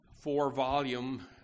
four-volume